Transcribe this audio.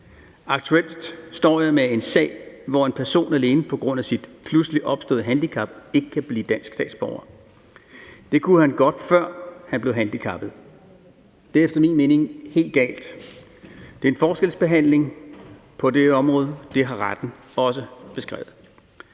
Aktuelt står jeg med en sag, hvor en person alene på grund af sit pludseligt opståede handicap ikke kan blive dansk statsborger. Det kunne han godt, før han blev handicappet. Det er efter min mening helt galt. Det er en forskelsbehandling på det område, og det har retten også beskrevet.